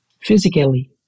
physically